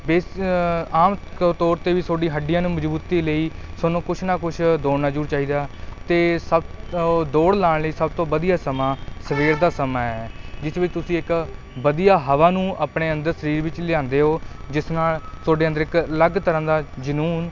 ਇਸ ਆਮ ਆਮ ਤੌਰ 'ਤੇ ਵੀ ਥੋਡੀ ਹੱਡੀਆਂ ਨੂੰ ਮਜ਼ਬੂਤੀ ਲਈ ਤੁਹਾਨੂੰ ਕੁਛ ਨਾ ਕੁਛ ਦੌੜਨਾ ਜ਼ਰੂਰ ਚਾਹੀਦਾ ਅਤੇ ਸਭ ਉਹ ਦੌੜ ਲਾਉਣ ਲਈ ਸਭ ਤੋਂ ਵਧੀਆ ਸਮਾਂ ਸਵੇਰ ਦਾ ਸਮਾਂ ਹੈ ਜਿਸ ਵਿੱਚ ਤੁਸੀਂ ਇੱਕ ਵਧੀਆ ਹਵਾ ਨੂੰ ਆਪਣੇ ਅੰਦਰ ਸਰੀਰ ਵਿੱਚ ਲਿਆਉਂਦੇ ਹੋ ਜਿਸ ਨਾਲ ਤੁਹਾਡੇ ਅੰਦਰ ਇੱਕ ਅਲੱਗ ਤਰ੍ਹਾਂ ਦਾ ਜਨੂੰਨ